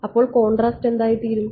അപ്പോൾ കോൺട്രാസ്റ്റ് എന്തായിത്തീരും